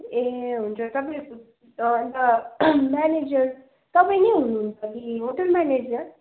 ए हुन्छ तपाईँ अन्त म्यानेजर तपाई नै हुनुहुन्छ कि होटल म्यानेजर